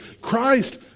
Christ